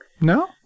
No